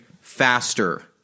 faster